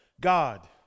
God